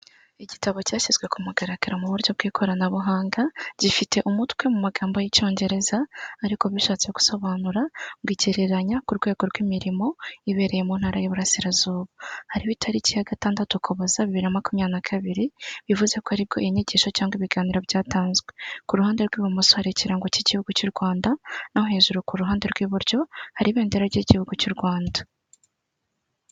Igitabo cyashyizwe ku mugaragaro mu buryo bw'ikoranabuhanga gifite umutwe mu magambo y'icyongereza ariko bishatse gusobanura ngo igereranya ku rwego rw'imirimo ibereye mu ntara y'iburasirazuba hariho itariki ya gatandatu ukuboza bibera makumyabiri na kabiri bivuze ko ariko inyigisho cyangwa ibiganiro byatanzwe ku ruhande rw'ibumoso hari ikirango cy'igihugu cy'u Rwanda no hejuru ku ruhande rw'iburyo hari ibendera ry'igihugu cy'u Rwanda.